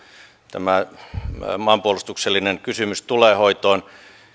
tämä maanpuolustuksellinen kysymys tulee hoitoon